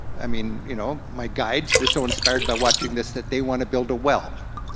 i mean, you know my guides were so inspired by watching this that they wanna build a well.